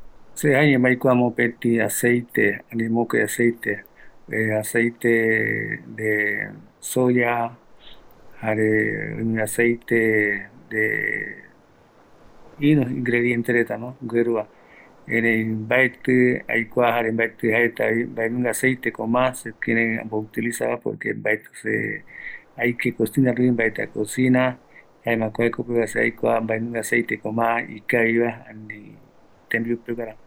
Se aikuapota jae vaera mbovɨko oïme aceite reta tembiu oyeapo pɨpeva, se mbaetɨ aikatu, aikua acocinavaera, se aesava jaeño mokoï aceeite reta, aceite fino jare aceite de jirasol